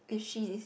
if she is